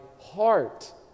heart